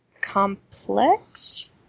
complex